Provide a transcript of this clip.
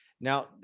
Now